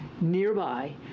nearby